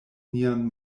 nian